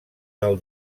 del